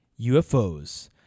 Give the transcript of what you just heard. UFOs